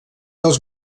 dels